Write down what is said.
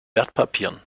wertpapieren